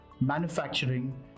manufacturing